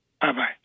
Bye-bye